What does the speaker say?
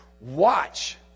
Watch